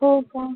हो का